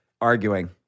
arguing